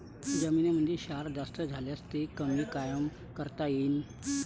जमीनीमंदी क्षार जास्त झाल्यास ते कमी कायनं करता येईन?